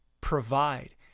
provide